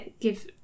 give